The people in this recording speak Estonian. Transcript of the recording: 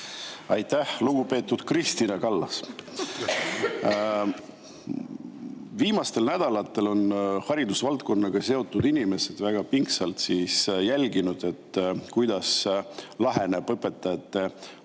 Aitäh! Lugupeetud Kristina Kallas! Viimastel nädalatel on haridusvaldkonnaga seotud inimesed väga pingsalt jälginud, kuidas laheneb õpetajate palgatõusu